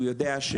הוא יודע,